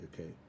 okay